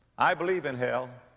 i believe in hell.